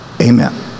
Amen